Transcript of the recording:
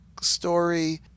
story –